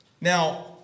Now